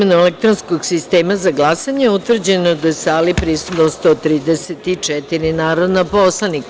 elektronskog sistema za glasanje, utvrđeno da je u sali prisutno 134 narodna poslanika.